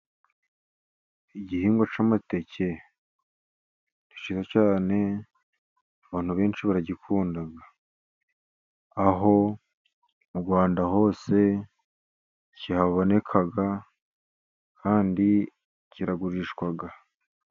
Igihingwa cy'amateke ni cyiza cyane abantu benshi baragikunda, aho mu Rwanda hose kihaboneka kandi kiragurishwa.